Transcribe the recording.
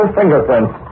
fingerprints